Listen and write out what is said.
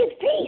peace